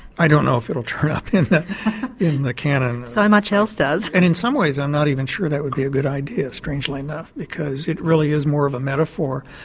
i don't know if it will turn up in the canon. so much else does. and in some ways i'm not even sure that would be a good idea, strangely enough, because it really is more of a metaphor.